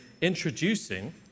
introducing